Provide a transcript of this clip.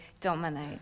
dominate